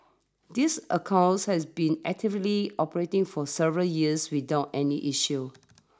these accounts has been actively operating for several years without any issues